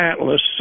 Atlas